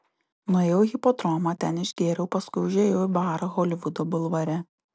nuėjau į hipodromą ten išgėriau paskui užėjau į barą holivudo bulvare